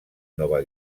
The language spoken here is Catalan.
nova